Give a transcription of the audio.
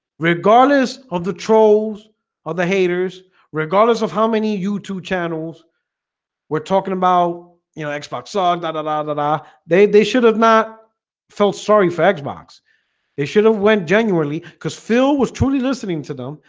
regardless of the trolls of the haters regardless of how many youtube channels were talking about you know, xbox aag that allow that ah, they they should have not felt sorry fax box they should have went genuinely because phil was truly listening to them.